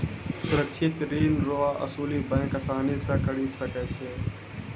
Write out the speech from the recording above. सुरक्षित ऋण रो असुली बैंक आसानी से करी सकै छै